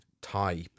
type